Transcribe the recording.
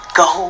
go